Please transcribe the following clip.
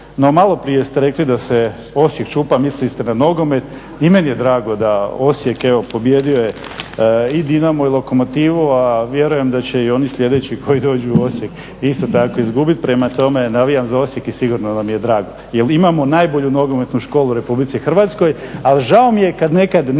No, malo prije ste rekli da se Osijek …/Govornik se ne razumije./…, mislili ste na nogomet. I meni je drago da Osijek evo pobijedio je i Dinamo i Lokomotivu a vjerujem da će i oni sljedeći koji dođu u Osijek isto tako izgubiti. Prema tome navijam za Osijek i sigurno nam je drago. Jer imamo najbolju nogometnu školu u Republici Hrvatskoj. Ali žao mi je kada nekad